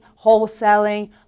wholesaling